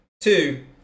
two